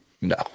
No